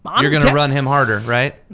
but um you're gonna run him harder, right?